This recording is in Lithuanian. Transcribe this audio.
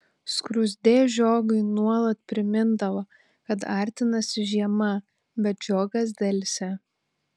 skruzdė žiogui nuolat primindavo kad artinasi žiema bet žiogas delsė